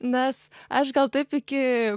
nes aš gal taip iki